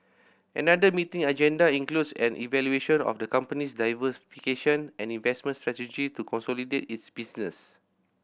another meeting agenda includes an evaluation of the company's diversification and investment strategy to consolidate its business